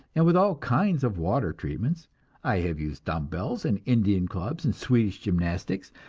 and with all kinds of water treatments i have used dumb-bells and indian clubs and swedish gymnastics,